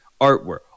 artwork